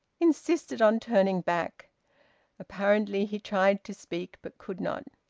insisted on turning back apparently he tried to speak but could not.